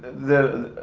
the.